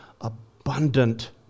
abundant